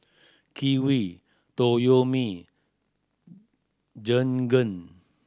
Kiwi Toyomi Jergen